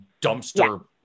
dumpster